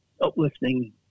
uplifting